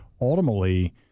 ultimately